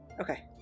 okay